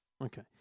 Okay